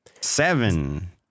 seven